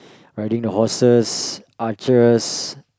riding the horses archers